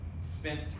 spent